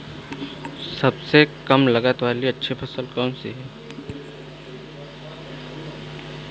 सबसे कम लागत में अच्छी फसल कौन सी है?